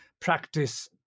practice